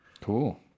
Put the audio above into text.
Cool